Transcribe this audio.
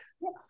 Yes